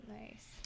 nice